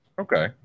Okay